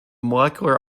molecular